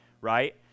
right